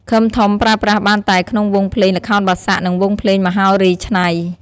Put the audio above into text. ឃឹមធំប្រើប្រាស់បានតែក្នុងវង់ភ្លេងល្ខោនបាសាក់ និងវង់ភ្លេងមហោរីច្នៃ។